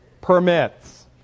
permits